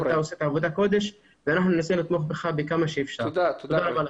אני חושב שהגוף, מה שנקרא הרשות,